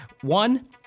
one